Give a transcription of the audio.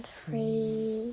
free